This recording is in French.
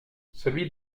celui